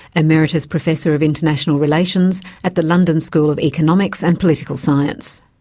and emeritus professor of international relations at the london school of economics and political science.